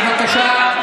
גם יש לי הודעה, בבקשה.